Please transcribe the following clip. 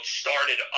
started